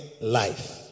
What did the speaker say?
life